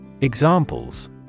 Examples